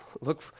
look